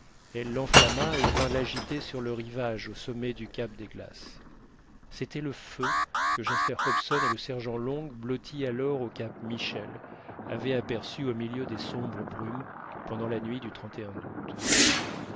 elle l'enflamma et vint l'agiter sur le rivage au sommet du cap des glaces c'était le feu que jasper hobson et le sergent long blottis alors au cap michel avaient aperçu au milieu des sombres brumes pendant la nuit du août